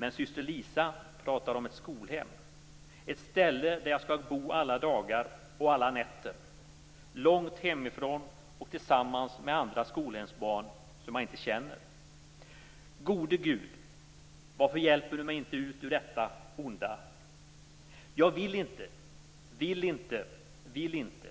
Men syster Lisa pratar om ett skolhem, ett ställe där jag ska bo alla dagar och alla nätter, långt hemifrån och tillsammans med andra skolhemsbarn som jag inte känner. Gode Gud, varför hjälper du mig inte ut ur denna onda dröm! Jag vill inte, vill inte, vill inte,